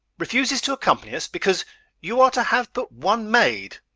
refuses to accompany us because you are to have but one maid.